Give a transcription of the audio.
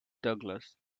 douglas